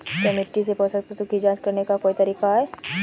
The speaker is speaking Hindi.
क्या मिट्टी से पोषक तत्व की जांच करने का कोई तरीका है?